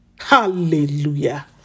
Hallelujah